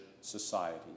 society